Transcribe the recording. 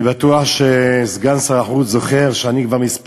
אני בטוח שסגן שר החוץ זוכר שאני כבר כמה